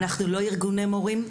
אנחנו לא ארגוני מורים,